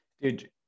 Dude